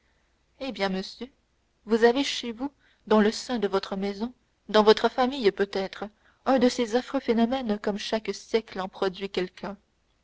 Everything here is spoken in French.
eh bien monsieur vous avez chez vous dans le sein de votre maison dans votre famille peut-être un de ces affreux phénomènes comme chaque siècle en produit quelqu'un